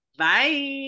bye